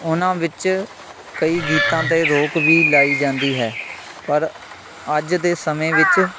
ਉਹਨਾਂ ਵਿੱਚ ਕਈ ਗੀਤਾਂ 'ਤੇ ਰੋਕ ਵੀ ਲਾਈ ਜਾਂਦੀ ਹੈ ਪਰ ਅੱਜ ਦੇ ਸਮੇਂ ਵਿੱਚ